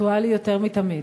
אקטואלי יותר מתמיד.